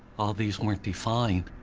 all these weren't defined.